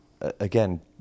Again